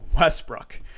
Westbrook